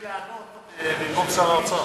ביקשתי לענות במקום שר האוצר.